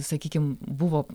sakykim buvo